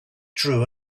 drew